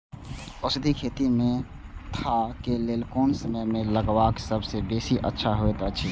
औषधि खेती मेंथा के लेल कोन समय में लगवाक सबसँ बेसी अच्छा होयत अछि?